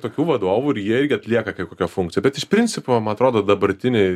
tokių vadovų ir jie irgi atlieka kai kokią funkciją bet iš principo man atrodo dabartinėj